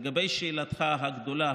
לגבי שאלתך הגדולה,